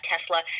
Tesla